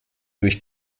durch